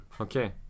Okay